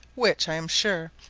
which, i am sure,